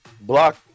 block